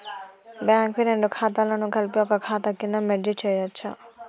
Bank వి రెండు ఖాతాలను కలిపి ఒక ఖాతా కింద మెర్జ్ చేయచ్చా?